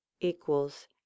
equals